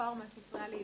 ולהזמין בצורה הכי